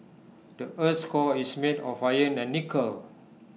the Earth's core is made of iron and nickel